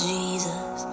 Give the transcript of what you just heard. Jesus